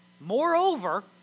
moreover